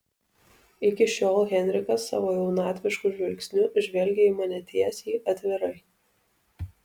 iki šiol henrikas savo jaunatvišku žvilgsniu žvelgė į mane tiesiai atvirai